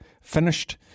finished